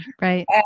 Right